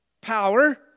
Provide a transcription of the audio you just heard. Power